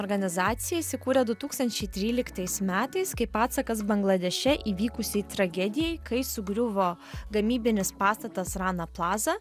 organizacija įsikūrė du tūkstančiai tryliktais metais kaip atsakas bangladeše įvykusiai tragedijai kai sugriuvo gamybinis pastatas rana plaza